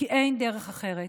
כי אין דרך אחרת.